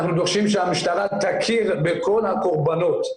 אנחנו דורשים שהמשטרה תכיר בכל הקורבנות,